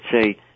say